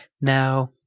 Now